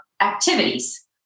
activities